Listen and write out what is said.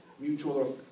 mutual